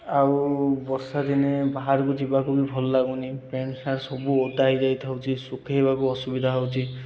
ଆଉ ବର୍ଷା ଦିନେ ବାହାରକୁ ଯିବାକୁ ବି ଭଲ ଲାଗୁନି ପ୍ୟାଣ୍ଟ ସାର୍ଟ ସବୁ ଓଦା ହେଇଯାଇଥାଉଛି ଶୁଖାଇବାକୁ ଅସୁବିଧା ହେଉଛି